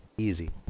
easy